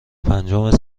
پنجم